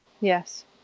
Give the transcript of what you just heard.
Yes